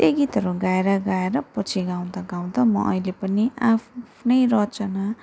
त्यही गीतहरू गाएर गाएर पछि गाउँदा गाउँदा म अहिले पनि आफ्नै रचना